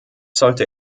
sollte